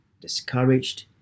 discouraged